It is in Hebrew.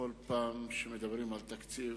בכל פעם שמדברים על תקציב,